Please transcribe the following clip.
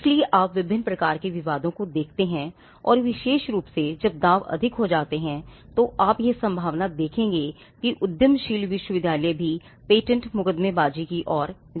इसलिए आप विभिन्न प्रकार के विवादों को देखते हैं और विशेष रूप से जब दांव अधिक हो जाते हैं तो आप यह संभावना देखेंगे कि उद्यमशील विश्वविद्यालय भी पेटेंट मुकदमेबाजी की ओर जाएगा